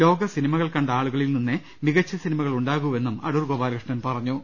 ലോക സിനിമകൾ കണ്ട ആളുകളിൽ നിന്നേ മികച്ച സിനിമകൾ ഉണ്ടാകൂവെന്നും അടൂർ ഗോപാലകൃഷ്ണൻ പറഞ്ഞു